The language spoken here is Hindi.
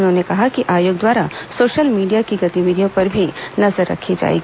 उन्होंने कहा कि आयोग द्वारा सोशल मीडिया की गतिविधियों पर भी नजर रखी जाएगी